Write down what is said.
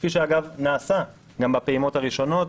כפי שאגב נעשה גם בפעימות הראשונות.